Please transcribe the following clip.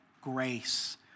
grace